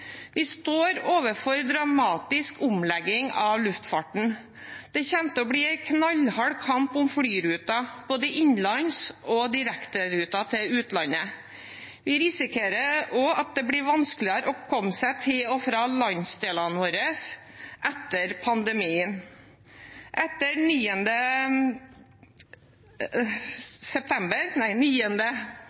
Vi står overfor en dramatisk omlegging av luftfarten. Det kommer til å bli en knallhard kamp om både flyruter innenlands og direkteruter til utlandet. Vi risikerer også at det blir vanskeligere å komme seg til og fra landsdelene våre etter pandemien. Etter 11. september